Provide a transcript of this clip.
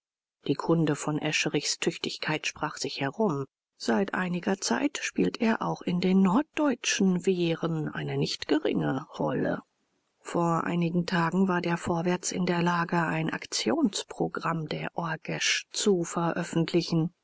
die kunde von escherichs tüchtigkeit sprach sich herum seit einiger zeit spielt er auch in den norddeutschen wehren eine nicht geringe rolle vor einigen tagen war der vorwärts in der lage ein aktionsprogramm der orgesch zu veröffentlichen